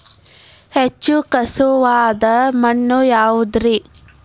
ಹೆಚ್ಚು ಖಸುವಾದ ಮಣ್ಣು ಯಾವುದು ರಿ?